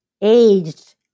Aged